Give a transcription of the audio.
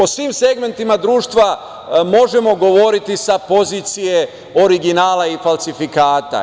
O svim segmentima društva možemo govoriti sa pozicije originala i falsifikata.